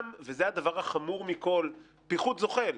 וגם וזה הדבר החמור מכול פיחות זוחל.